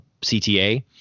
CTA